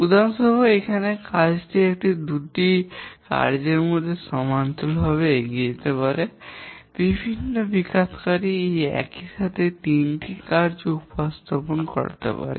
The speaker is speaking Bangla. উদাহরণস্বরূপ এখানে কাজটি এই দুটি কার্যের সাথে সমান্তরালভাবে এগিয়ে যেতে পারে বিভিন্ন বিকাশকারী একই সাথে এই তিনটি কার্য সম্পাদন করতে পারে